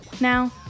Now